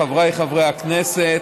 חבריי חברי הכנסת,